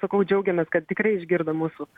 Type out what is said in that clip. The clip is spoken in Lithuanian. sakau džiaugiamės kad tikrai išgirdo mūsų